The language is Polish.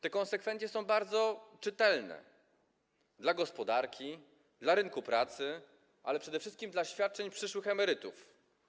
Te konsekwencje są bardzo czytelne dla gospodarki, dla rynku pracy, ale przede wszystkim dla świadczeń przyszłych emerytów.